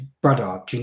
brother